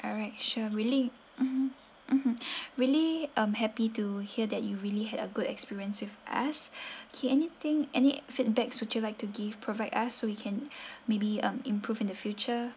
alright sure really mmhmm mmhmm really um happy to hear that you really had a good experience with us okay anything any feedbacks would you like to give provide us so we can maybe um improve in the future